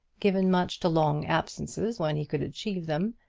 given much to long absences when he could achieve them,